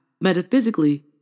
Metaphysically